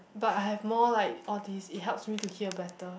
but I have more like all this it helps me to hear better